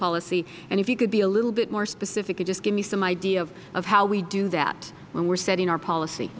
policy if you could be a little bit more specific and just give me some idea of how we do that when we are setting our policy